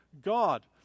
God